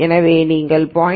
எனவே நீங்கள் 0